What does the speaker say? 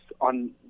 on